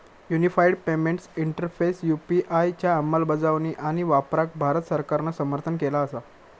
unified payments interface UPI च्या अंमलबजावणी आणि वापराक भारत सरकारान समर्थन केला असा